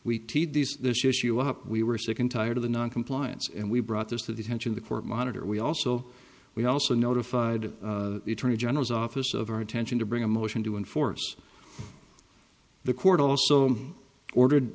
up we were sick and tired of the noncompliance and we brought this to the attention the court monitor we also we also notified the attorney general's office of our intention to bring a motion to enforce the court also ordered